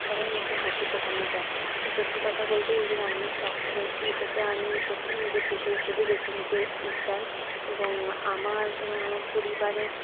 তাদের মুখে হাসি ফোটানো যায় তো সত্যি কথা বলতে এই যে রান্নার শখটা রয়েছে এটাকে আমি সত্যিই নিজের পেশা হিসেবে বেছে নিতে চাই এবং আমার এবং আমার পরিবারের